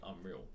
unreal